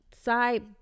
side